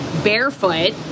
barefoot